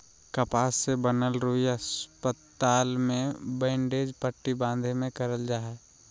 कपास से बनल रुई अस्पताल मे बैंडेज पट्टी बाँधे मे करल जा हय